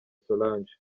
solange